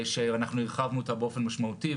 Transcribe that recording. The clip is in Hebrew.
שהרחבנו באופן משמעותי,